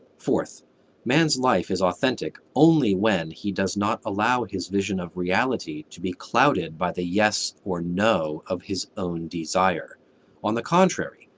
fourth man's life is authentic only when he does not allow his vision of reality to be clouded by the yes or no of his own desire on the contrary,